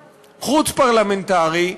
חוץ-פרלמנטרי,